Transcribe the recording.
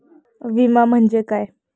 विमा म्हणजे काय?